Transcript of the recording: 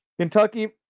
Kentucky